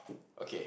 okay